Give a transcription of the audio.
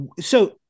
So-